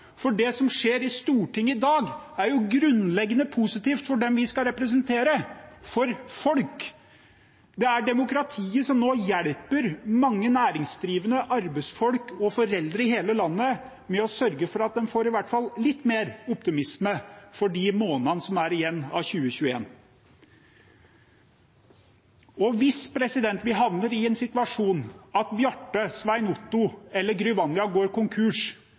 For det som skjer i Stortinget i dag, er grunnleggende positivt for dem vi skal representere, for folk. Det er demokratiet som nå hjelper mange næringsdrivende, arbeidsfolk og foreldre i hele landet med å sørge for at en i hvert fall får litt mer optimisme for de månedene som er igjen av 2021. Hvis vi havner i en situasjon at Bjarte, Svein Otto eller Gry Vanja går konkurs,